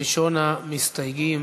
ראשון המסתייגים